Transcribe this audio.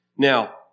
Now